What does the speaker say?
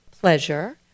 pleasure